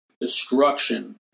Destruction